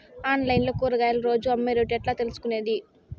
Online లో కూరగాయలు రోజు అమ్మే రేటు ఎట్లా తెలుసుకొనేది?